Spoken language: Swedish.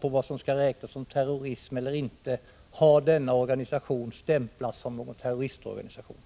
på vad som skall räknas som terrorism, har denna organisation stämplats som en terroristorganisation.